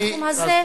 בתחום הזה,